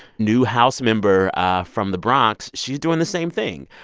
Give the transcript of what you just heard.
new house member from the bronx, she's doing the same thing.